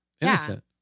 Innocent